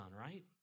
right